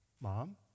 Mom